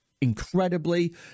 incredibly